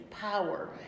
power